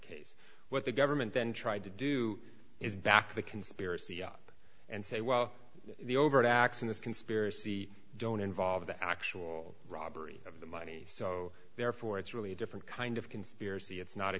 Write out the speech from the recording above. case what the government then tried to do is back the conspiracy up and say well the overt acts in this conspiracy don't involve the actual robbery of the money so therefore it's really a different kind of conspiracy it's not a